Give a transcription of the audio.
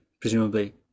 presumably